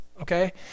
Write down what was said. okay